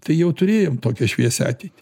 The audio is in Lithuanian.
tai jau turėjom tokią šviesią ateitį